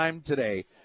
today